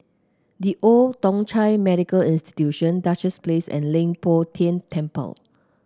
The Old Thong Chai Medical Institution Duchess Place and Leng Poh Tian Temple